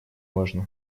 можно